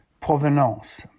provenance